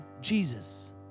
Jesus